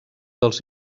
dels